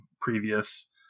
previous